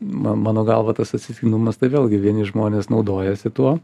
man mano galva tas atsitiktinumas tai vėlgi vieni žmonės naudojasi tuo